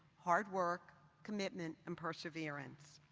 hard work, commitment, and perseverance.